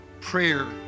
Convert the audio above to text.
prayer